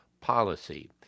policy